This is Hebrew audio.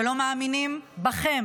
ולא מאמינים בכם